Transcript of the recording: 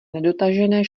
nedotažené